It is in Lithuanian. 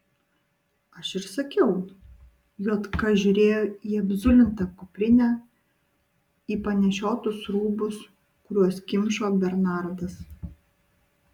aš ir sakiau juodka žiūrėjo į apzulintą kuprinę į panešiotus rūbus kuriuos kimšo bernardas